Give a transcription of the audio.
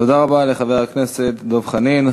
תודה רבה לחבר הכנסת דב חנין.